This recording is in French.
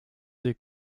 des